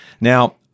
Now